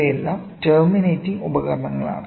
ഇവയെല്ലാം ടെർമിനേറ്റിംഗ് ഉപകരണങ്ങളാണ്